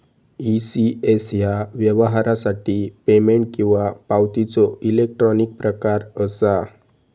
ECS ह्या व्यवहारासाठी payment किंवा पावतीचो इलेक्ट्रॉनिक प्रकार असा